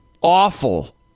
awful